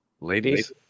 ladies